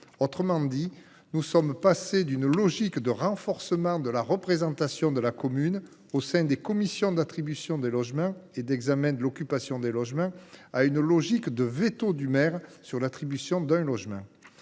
Autrement dit, nous sommes passés d’une logique de renforcement de la représentation de la commune au sein des commissions d’attribution des logements et d’examen de l’occupation des logements à une logique de veto du maire en matière d’attribution des logements.